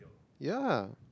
ya